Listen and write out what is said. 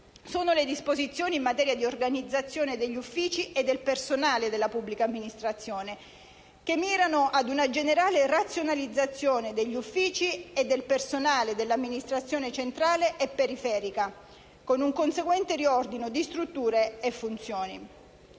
poi le disposizioni in materia di riorganizzazione degli uffici e del personale della pubblica amministrazione, che mirano ad una generale razionalizzazione degli uffici e del personale dell'amministrazione centrale e periferica, con un conseguente riordino di strutture e funzioni.